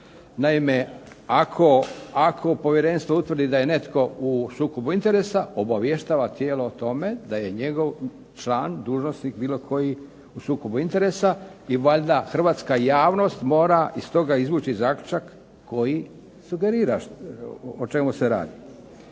Naime, ako Povjerenstvo utvrdi da je u sukobu interesa, obavještava tijelo tome da je njego član, dužnosnik u sukobu interesa i valjda Hrvatska javnost mora iz toga izvući zaključak koji sugerira o čemu se radi.